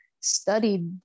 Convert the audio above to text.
studied